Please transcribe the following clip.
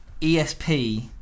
ESP